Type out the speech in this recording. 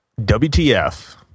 WTF